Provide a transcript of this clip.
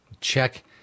Check